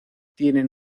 tienen